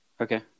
Okay